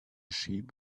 sheep